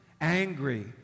angry